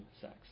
sex